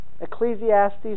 Ecclesiastes